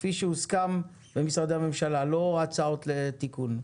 כפי שהוסכם במשרדי הממשלה, לא הצעות לתיקון.